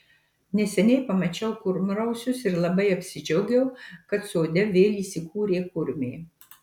neseniai pamačiau kurmrausius ir labai apsidžiaugiau kad sode vėl įsikūrė kurmiai